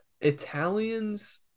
Italians